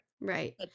Right